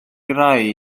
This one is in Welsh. rai